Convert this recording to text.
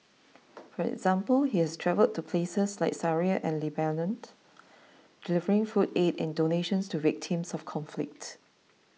for example he has travelled to places like Syria and Lebanon delivering food aid and donations to victims of conflict